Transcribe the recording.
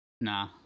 Nah